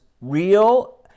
real